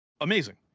amazing